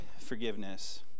forgiveness